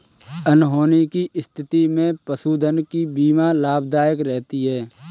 अनहोनी की स्थिति में पशुधन की बीमा लाभदायक रहती है